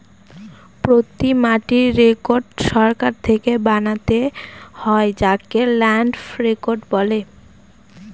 প্রতি মাটির রেকর্ড সরকার থেকে বানাতে হয় যাকে ল্যান্ড রেকর্ড বলে